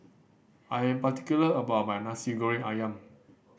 I am particular about my Nasi Goreng Ayam